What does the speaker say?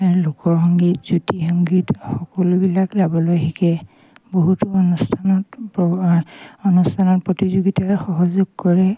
লোকৰ সংগীত জ্যোতি সংগীত সকলোবিলাক গাবলৈ শিকে বহুতো অনুষ্ঠানত অনুষ্ঠানত প্ৰতিযোগিতাৰে সহযোগ কৰে